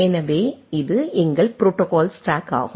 எனவே இது எங்கள் புரோட்டோகால் ஸ்டேக் ஆகும்